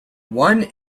one